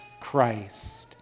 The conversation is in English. Christ